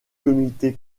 comité